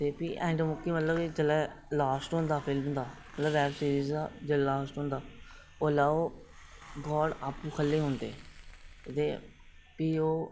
ते फ्ही एैंड मोके मतलब कि जेलै लास्ट होंदा फिल्म दा मतलब बेबसिरिज दा जेलै लास्ट होंदा ओह्ले ओह् गाड आपू ख'ल्लै गी ओंदे ते प्ही ओह्